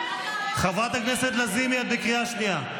חברת הכנסת לזימי, את בקריאה שנייה.